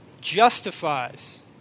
justifies